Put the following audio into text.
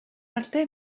arte